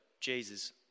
Jesus